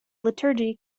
liturgy